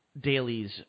dailies